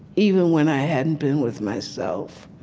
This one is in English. even when i hadn't been with myself.